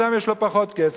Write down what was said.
אדם יש לו פחות כסף,